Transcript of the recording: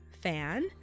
fan